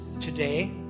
today